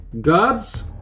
gods